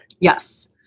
Yes